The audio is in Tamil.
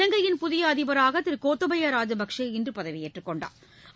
இலங்கையின் புதிய அதிபராக திரு கோத்தபையா ராஜபக்ஷே இன்று பதவியேற்றுக் கொண்டாா்